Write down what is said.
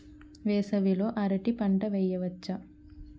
వేసవి లో అరటి పంట వెయ్యొచ్చా?